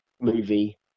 movie